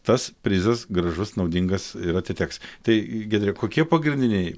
tas prizas gražus naudingas ir atiteks tai giedre kokie pagrindiniai